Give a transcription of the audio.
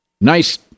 nice